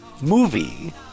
movie